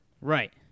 Right